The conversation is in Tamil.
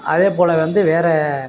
அதேபோல் வந்து வேறு